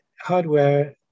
hardware